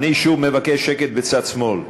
אני שוב מבקש שקט בצד שמאל.